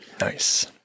Nice